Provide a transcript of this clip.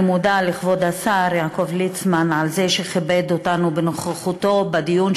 אני מודה לכבוד השר יעקב ליצמן על שכיבד אותנו בנוכחותו בדיון